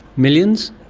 millions?